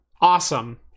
awesome